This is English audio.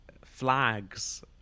flags